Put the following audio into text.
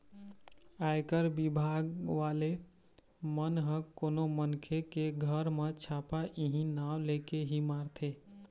आयकर बिभाग वाले मन ह कोनो मनखे के घर म छापा इहीं नांव लेके ही मारथे